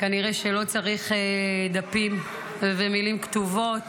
כנראה שלא צריך דפים ומילים כתובות